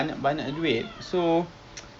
I would I would think these kind of place